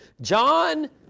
John